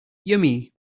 yummy